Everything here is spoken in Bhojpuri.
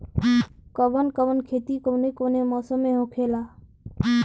कवन कवन खेती कउने कउने मौसम में होखेला?